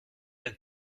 d’un